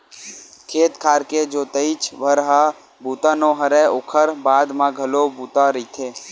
खेत खार के जोतइच भर ह बूता नो हय ओखर बाद म घलो बूता रहिथे